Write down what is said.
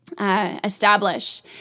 establish